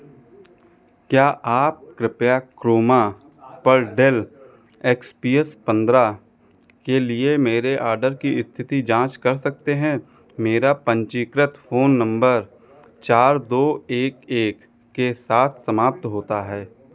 क्या आप कृपया क्रोमा पर डेल एक्स पी एस पंद्रह के लिए मेरे ऑर्डर की स्थिति जाँच कर सकते हैं मेरा पंजीकृत फ़ोन नंबर चार दो एक एक के साथ समाप्त होता है